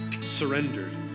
surrendered